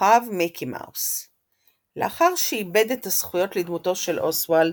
מורחב – מיקי מאוס לאחר שאיבד את הזכויות לדמותו של אוסוולד,